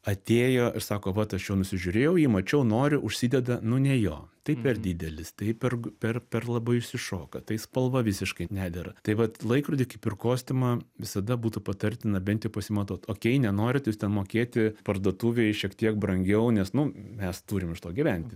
atėjo ir sako vat aš jau nusižiūrėjau jį mačiau noriu užsideda nu ne jo tai per didelis tai per per per labai išsišoka tai spalva visiškai nedera tai vat laikrodį kaip ir kostiumą visada būtų patartina bent jau pasimatuot okei nenorit jūs ten mokėti parduotuvėj šiek tiek brangiau nes nu mes turim iš to gyventi